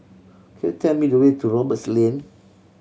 could you tell me the way to Roberts Lane